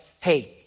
hey